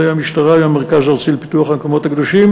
עם המשטרה ועם המרכז הארצי לפיתוח המקומות הקדושים.